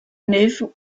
moved